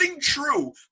true